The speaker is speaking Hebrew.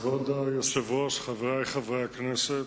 כבוד היושב-ראש, חברי חברי הכנסת,